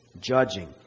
judging